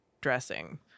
dressing